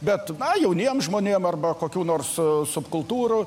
bet jauniem žmonėm arba kokių nors subkultūrų